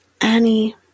Annie